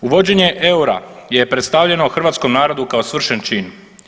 Uvođenje eura je predstavljeno hrvatskom narodu kao svršen čin.